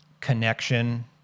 connection